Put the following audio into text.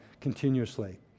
continuously